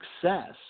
success